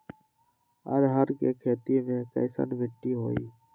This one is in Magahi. अरहर के खेती मे कैसन मिट्टी होइ?